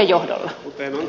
arvoisa puhemies